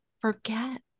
forget